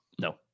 No